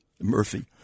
Murphy